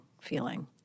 feeling